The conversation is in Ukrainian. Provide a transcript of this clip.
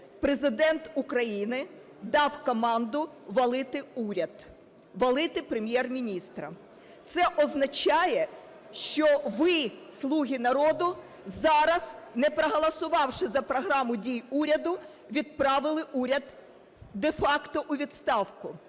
Президент України дав команду валити уряд, валити Прем'єр-міністра. Це означає, що ви, "слуги народу", зараз, не проголосувавши за програму дій уряду, відправили уряд де-факто у відставку.